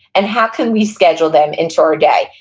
and how could we schedule them into our day?